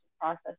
process